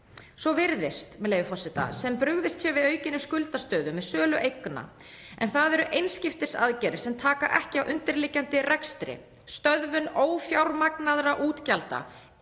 „Svo virðist sem brugðist sé við aukinni skuldastöðu […] með sölu eigna, en það eru einskiptisaðgerðir sem taka ekki á undirliggjandi rekstri […] Stöðvun ófjármagnaðra útgjalda